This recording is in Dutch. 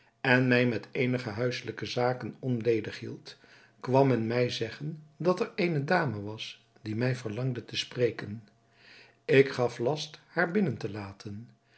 en mij met eenige huisselijke zaken onledig hield kwam men mij zeggen dat er eene dame was die mij verlangde te spreken ik gaf last haar binnen te laten